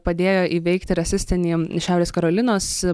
padėjo įveikti rasistinį šiaurės karolinos